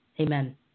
Amen